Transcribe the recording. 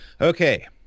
Okay